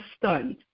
stunned